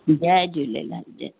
जय Jhulelal जय